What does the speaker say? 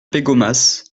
pégomas